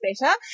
better